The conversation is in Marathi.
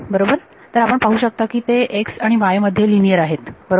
तर आपण पाहू शकता की ते x आणि y मध्ये लिनियर आहेत बरोबर